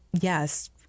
Yes